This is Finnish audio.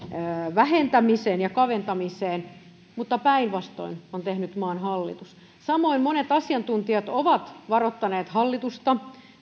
vähentämiseen ja kaventamiseen mutta päinvastoin on tehnyt maan hallitus samoin monet asiantuntijat ovat varoittaneet hallitusta